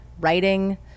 writing